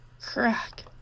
Crack